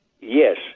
Yes